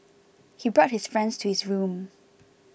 he brought his friends to his room